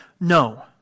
No